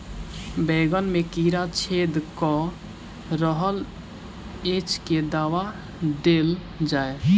बैंगन मे कीड़ा छेद कऽ रहल एछ केँ दवा देल जाएँ?